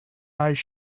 eyes